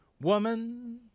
Woman